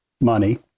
money